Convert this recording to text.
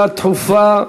דחופה,